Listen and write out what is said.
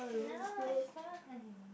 no is fine